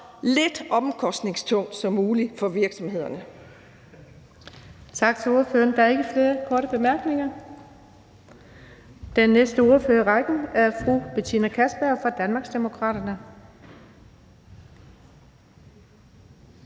lidt omkostningstungt som muligt for virksomhederne.